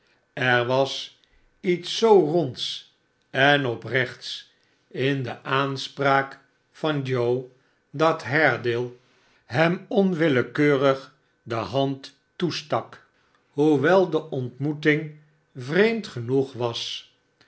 er was iets zoo ronds en oprechts in de aanspraak van joe dat haredale hem onwillekeurig de hand toestak hoewel de ontmoeting vreemd genoeg was